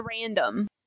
random